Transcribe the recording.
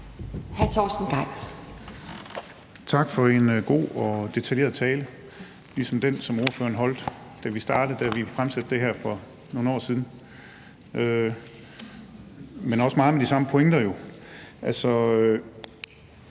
Hr. Torsten Gejl.